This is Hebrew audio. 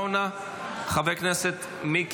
חבר הכנסת יוסף עטאונה,